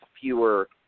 fewer